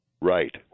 Right